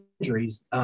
injuries